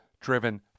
driven